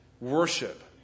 worship